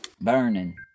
burning